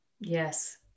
yes